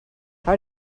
how